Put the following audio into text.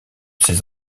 ses